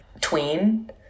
tween